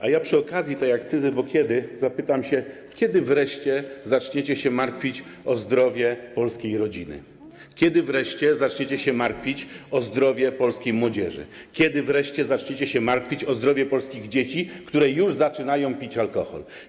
A ja przy okazji tej akcyzy zapytam, kiedy wreszcie zaczniecie się martwić o zdrowie polskiej rodziny, kiedy wreszcie zaczniecie się martwić o zdrowie polskiej młodzieży, kiedy wreszcie zaczniecie się martwić o zdrowie polskich dzieci, które już zaczynają pić alkohol.